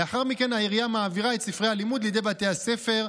לאחר מכן העירייה מעבירה את ספרי הלימוד לידי בתי הספר.